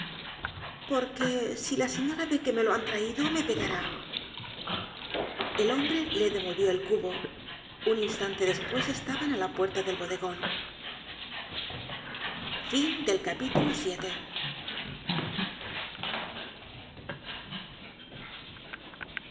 porque si la señora ve que me lo han traido me pegará el hombre le devolvió el cubo un instante despues estaban á la puerta del bodegon